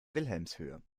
wilhelmshöhe